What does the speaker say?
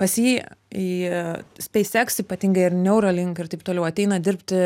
pas jį į speis eks ypatingai ir neuralink ir taip toliau ateina dirbti